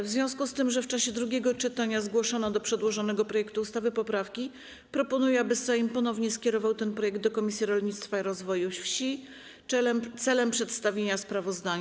W związku z tym, że w czasie drugiego czytania zgłoszono do przedłożonego projektu ustawy poprawki, proponuję, aby Sejm ponownie skierował ten projekt do Komisji Rolnictwa i Rozwoju Wsi celem przedstawienia sprawozdania.